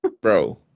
Bro